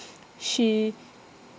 she